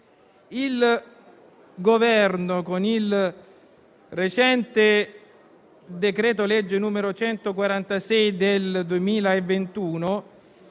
Il Governo, con il recente decreto-legge n. 146 del 2021,